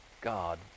God